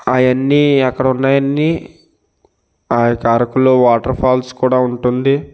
అవన్నీ అక్కడ ఉన్నవన్నీ ఆ యొక్క అరకులో వాటర్ ఫాల్స్ కూడా ఉంటుంది